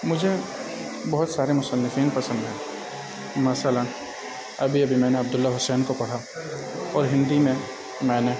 مجھے بہت سارے مصنفین پسند ہیں مثلاً ابھی ابھی میں نے عبد اللہ حسین کو پڑھا اور ہندی میں میں نے